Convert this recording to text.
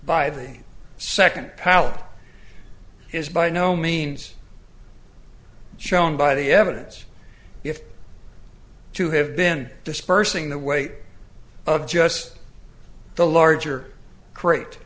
by the second pallet is by no means shown by the evidence you have to have been dispersing the weight of just the larger crate